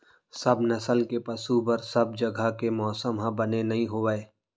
सब नसल के पसु बर सब जघा के मौसम ह बने नइ होवय